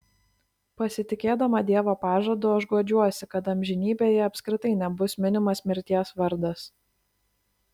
pasitikėdama dievo pažadu aš guodžiuosi kad amžinybėje apskritai nebus minimas mirties vardas